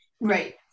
Right